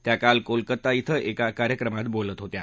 त्या काल कोलकाता इथं एका कार्यक्रमात बोलत होत्या